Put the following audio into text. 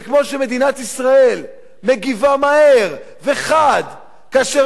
וכמו שמדינת ישראל מגיבה מהר וחד כאשר